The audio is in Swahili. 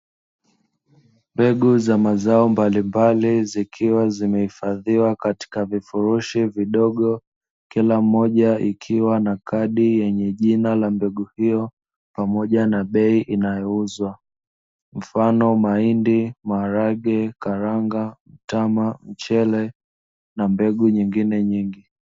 Mbegu za mazao mbalimbali zikiwa zimehifadhiwa katika vifurushi vidogo, kila mmoja ikiwa na kadi yenye jina la mbegu hiyo, pamoja na bei inayouzwa mfano; mahindi, maharage, karanga, mtama, mchele na mbegu nyengine nyingi.